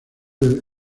del